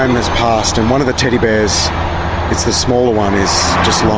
um has passed and one of the teddy bears it's the smaller one is just